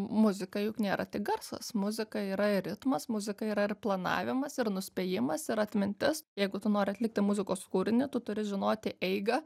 muzika juk nėra tik garsas muzika yra ir ritmas muzika yra ir planavimas ir nuspėjimas ir atmintis jeigu tu nori atlikti muzikos kūrinį tu turi žinoti eigą